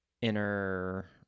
inner